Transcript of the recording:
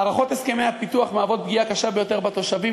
הארכות הסכמי הפיתוח מהוות פגיעה קשה ביותר בתושבים,